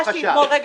מצטיין.